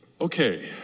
Okay